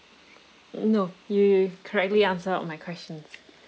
no you correctly answered all my questions